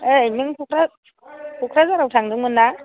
ओइ नों क'क्राझाराव थांदोंमोन ना